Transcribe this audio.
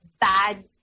bad